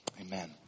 Amen